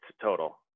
total